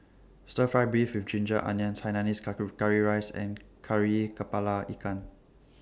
Stir Fry Beef with Ginger Onions Hainanese Curry Rice and Kari Kepala Ikan